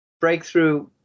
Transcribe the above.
breakthrough